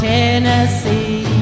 Tennessee